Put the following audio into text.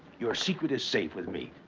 your secret is safe with me.